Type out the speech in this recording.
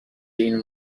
این